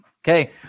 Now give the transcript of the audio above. Okay